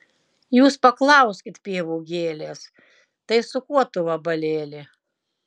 jūs paklauskit pievų gėlės tai su kuo tu vabalėli